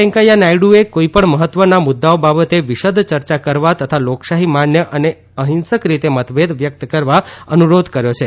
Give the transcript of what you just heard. વેંકૈયા નાયડુએ કોઇપણ મહત્વના મુદ્દાઓ બાબતે વિશદ ચર્ચા કરવા તથા લોકશાહી માન્ય અને અહિંસક રીતે મતભેદ વ્યક્ત કરવા અનુરોધ કર્યો છે